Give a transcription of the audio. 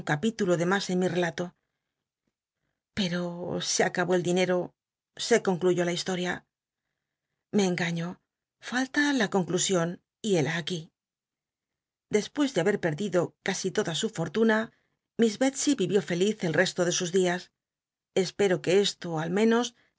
mas en mi rcl llo pero se acabó el dinero se concluyó la historia iic engaño falla la conclusion y héln aquí despues de haber perdido casi toda su for luna miss bctsey viyió feliz el resto de sus dias espero que cslo al menos